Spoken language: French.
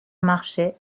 marchait